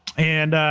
and,